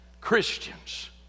Christians